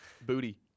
Booty